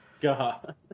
God